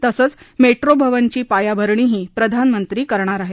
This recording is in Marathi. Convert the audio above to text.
तसंच मेट्रो भवनची पायाभरणीही प्रधानमंत्री करणार आहेत